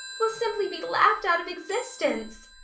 we'll simply be laughed out of existence.